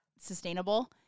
sustainable